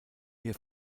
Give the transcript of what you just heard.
ihr